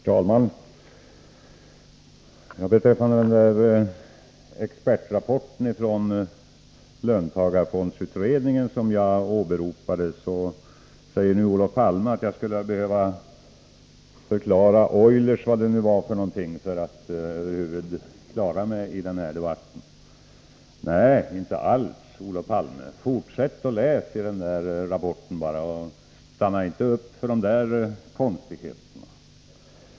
Herr talman! Beträffande den expertrapport från löntagarfondsutredningen som jag åberopade säger Olof Palme att jag skulle behöva förklara Eulers ekvation — eller vad det nu var för någonting — för att över huvud taget klara mig i den här debatten. Nej, inte alls, Olof Palme! Fortsätt och läs i rapporten, och stanna inte upp inför de där konstigheterna!